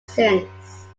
since